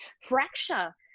fracture